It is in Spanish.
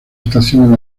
estación